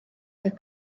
fydd